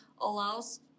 allows